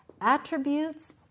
attributes